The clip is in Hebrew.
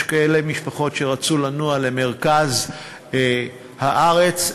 יש משפחות שרצו לנוע למרכז הארץ.